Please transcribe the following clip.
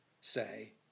say